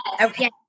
Okay